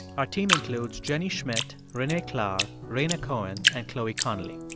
our team includes jenny schmidt, renee klahr, rhaina cohen and chloe connelly.